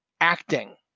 acting